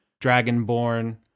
dragonborn